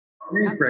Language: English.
Great